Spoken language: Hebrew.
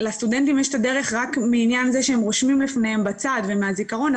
לסטודנטים יש דרך רק מעניין זה שהם רושמים לפניהם בצד ומהזיכרון,